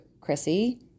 Chrissy